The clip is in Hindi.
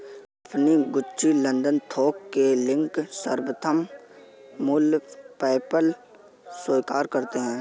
टिफ़नी, गुच्ची, लंदन थोक के लिंक, सर्वोत्तम मूल्य, पेपैल स्वीकार करते है